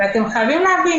ואתם חייבים להבין